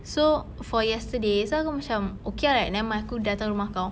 so for yesterday so aku macam okay ah like nevermind aku datang rumah kau